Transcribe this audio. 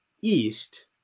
east